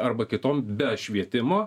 arba kitom be švietimo